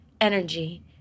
energy